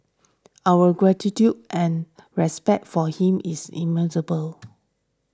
our gratitude and respect for him is